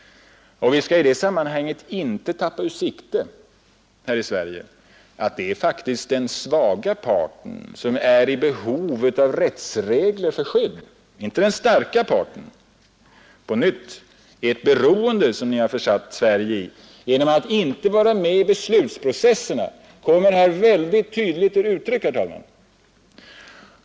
Vi skall i det sammanhanget inte tappa ur sikte här i Sverige att det faktiskt är den svaga parten som är i behov av rättsregler för skydd — inte den starka parten. Det beroende, som ni har försatt Sverige i genom att inte vara med i beslutsprocesserna, kommer här på nytt väldigt tydligt till uttryck, herr talman!